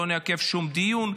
לא נעכב שום דיון.